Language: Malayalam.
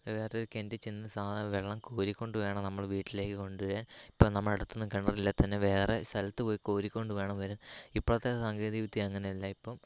വേറെ ഒരു കിണറ്റിച്ചെന്ന് സാ വെള്ളം കോരിക്കൊണ്ടു വേണം നമ്മൾ വീട്ടിലേക്ക് കൊണ്ടുവരാൻ ഇപ്പോൾ നമ്മുടെയടുത്തൊന്നും കിണറില്ലെങ്കിൽ തന്നെ വേറെ സ്ഥലത്ത് പോയി കോരിക്കോണ്ട് വേണം വരാൻ ഇപ്പോഴത്തെ സാങ്കേതിക വിദ്യ അങ്ങനെയല്ല ഇപ്പോൾ